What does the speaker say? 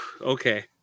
okay